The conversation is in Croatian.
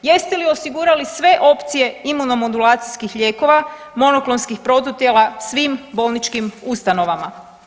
Jeste li osigurali sve opcije imuno modulacijskih lijekova, monoklonskih protutijela svim bolničkim ustanovama.